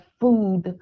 food